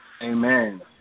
Amen